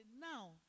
now